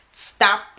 stop